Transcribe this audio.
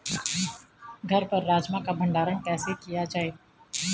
घर पर राजमा का भण्डारण कैसे किया जाय?